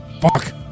Fuck